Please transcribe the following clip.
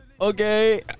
okay